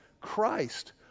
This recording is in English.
Christ